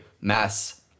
mass